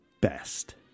best